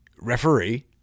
referee